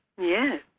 Yes